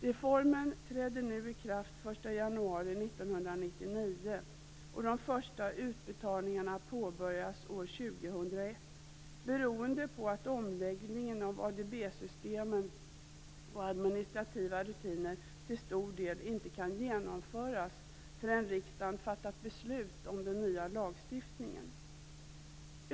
Reformen träder i kraft den 1 januari 1999. De första utbetalningarna påbörjas år 2001 beroende på att omläggningen av ADB-systemen och administrativa rutiner till stor del inte kan genomföras förrän riksdagen fattat beslut om den nya lagstiftningen.